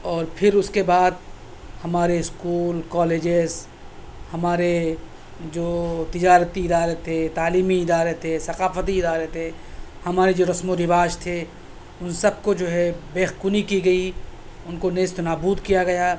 اور پھر اُس کے بعد ہمارے اسکول کالیجیز ہمارے جو تجارتی ادارے تھے تعلیمی ادارے تھے ثقافتی ادارے تھے ہمارے جو رسم و رواج تھے اُن سب کو جو ہے بیخ کنی کی گئی اُن کو نیست و نابود کیا گیا